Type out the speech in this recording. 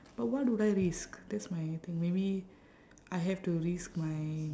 but what would I risk that's my thing maybe I have to risk my